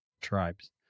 Tribes